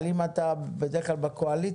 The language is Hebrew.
אבל אם אתה בדרך כלל בקואליזציה,